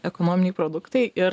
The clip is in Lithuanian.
ekonominiai produktai ir